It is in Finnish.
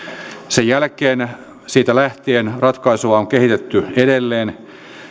siitä lähtien ratkaisua on kehitetty edelleen